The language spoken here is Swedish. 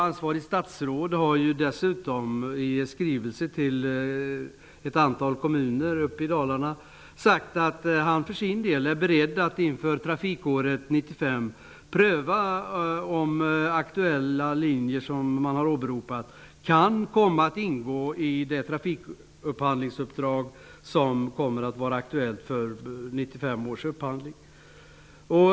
Ansvarigt statsråd har dessutom i en skrivelse till ett antal kommuner uppe i Dalarna sagt, att han för sin del är beredd att pröva om de linjer som har åberopats kan komma att ingå i det trafikupphandlingsuppdrag som kommer att vara aktuellt inför 1995 års upphandling.